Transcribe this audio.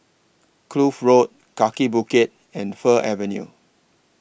Kloof Road Kaki Bukit and Fir Avenue